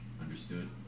Understood